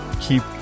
Keep